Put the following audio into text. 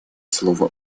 слово